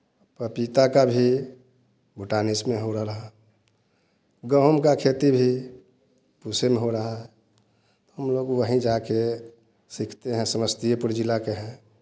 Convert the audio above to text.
पपीता का भी भूटान इसमें उगा रहा है गेहूँ का खेती भी उसी में हो रहा है हम लोग वहीं जा के सीखते हैं समस्तीपुर जिला के हैं